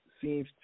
seems